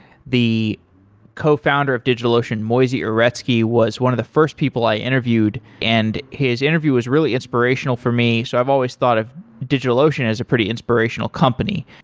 the cofounder of digitalocean, moisey uretsky, was one of the first people i interviewed, and his interview was really inspirational for me. so i've always thought of digitalocean as a pretty inspirational company.